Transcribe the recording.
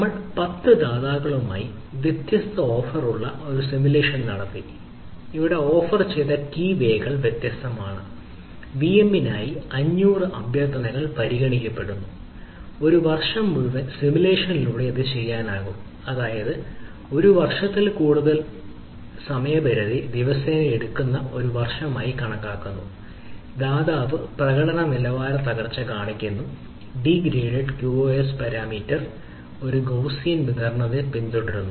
നമ്മൾ 10 ദാതാക്കളുമായി വ്യത്യസ്ത ഓഫറുകളുള്ള ഒരു സിമുലേഷൻ വിതരണത്തെ പിന്തുടരുന്നു